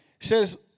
says